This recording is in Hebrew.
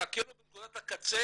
מחכה לו בנקודת הקצה